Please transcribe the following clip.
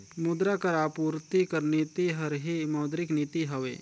मुद्रा कर आपूरति कर नीति हर ही मौद्रिक नीति हवे